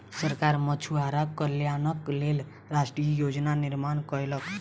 सरकार मछुआरा कल्याणक लेल राष्ट्रीय योजना निर्माण कयलक